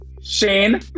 Shane